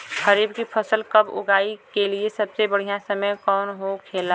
खरीफ की फसल कब उगाई के लिए सबसे बढ़ियां समय कौन हो खेला?